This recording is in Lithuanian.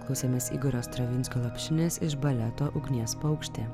klausėmės igorio stravinskio lopšinės iš baleto ugnies paukštė